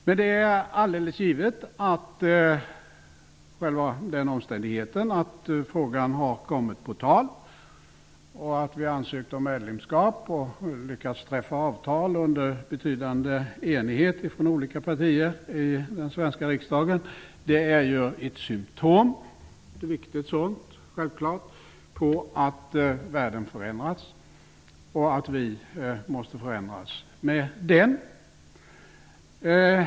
Men själva den omständigheten att frågan har kommit på tal och att vi ansökt om medlemskap och lyckats träffa avtal under betydande enighet mellan olika partier i den svenska riksdagen är ju ett symptom, ett viktigt sådant, på att världen förändrats och att vi måste förändras med den.